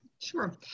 Sure